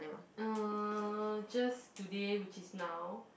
uh just today which is now